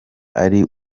ari